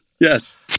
yes